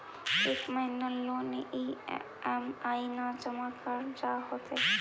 एक महिना लोन के ई.एम.आई न जमा करला पर का होतइ?